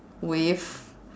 with